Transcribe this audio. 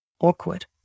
awkward